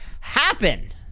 happen